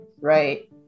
right